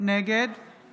נגד